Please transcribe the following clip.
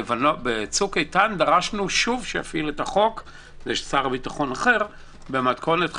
בצוק איתן דרשנו שוב שיפעיל את החוק כדי ששר ביטחון אחר במתכונת חלקית,